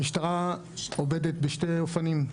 המחלק עובד בשני אופנים: